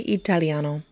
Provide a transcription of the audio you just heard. italiano